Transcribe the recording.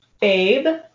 babe